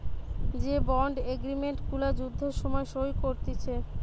যে bond agreement গুলা যুদ্ধের সময় সই করতিছে